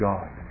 God